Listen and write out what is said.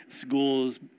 schools